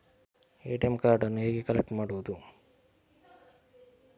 ATM ಕಾರ್ಡನ್ನು ಹೇಗೆ collect ಮಾಡುವುದು?